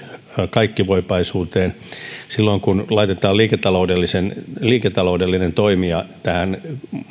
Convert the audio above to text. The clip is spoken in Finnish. kaikkivoipaisuuteen silloin kun laitetaan liiketaloudellinen liiketaloudellinen toimija tähän